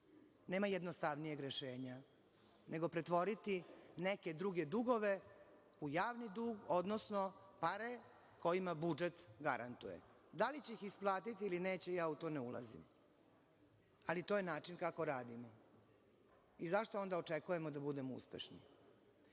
Nema jednostavnijeg rešenja nego pretvoriti neke druge dugove u javni dug, odnosno pare kojima budžet garantuje. Da li će ih isplatiti ili neće, ja u to ne ulazim, ali to je način kako radimo. Zašto onda očekujemo da budemo uspešni? Pitanja